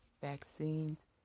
vaccines